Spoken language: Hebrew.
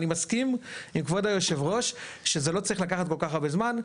אני מסכים עם כבוד היושב ראש שזה לא צריך לקחת כל כך הרבה זמן,